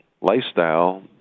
lifestyle